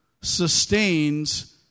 sustains